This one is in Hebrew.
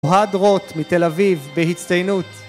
אוהד רוט מתל אביב בהצטיינות